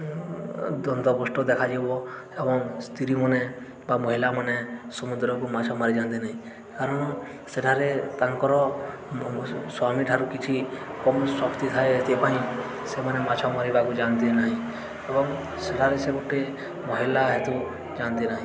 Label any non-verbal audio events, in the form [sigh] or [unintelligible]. ଦ୍ୱନ୍ଦ [unintelligible] ଦେଖାଯିବ ଏବଂ ସ୍ତ୍ରୀମାନେ ବା ମହିଳାମାନେ ସମୁଦ୍ରକୁ ମାଛ ମାରିଯାଆନ୍ତିନି କାରଣ ସେଠାରେ ତାଙ୍କର ସ୍ୱାମୀଠାରୁ କିଛି କମ୍ ଶକ୍ତି ଥାଏ ଏଥିପାଇଁ ସେମାନେ ମାଛ ମାରିବାକୁ ଯାଆନ୍ତି ନାହିଁ ଏବଂ ସେଠାରେ ସେ ଗୋଟେ ମହିଳା ହେତୁ ଯାଆନ୍ତି ନାହିଁ